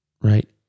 Right